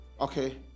Okay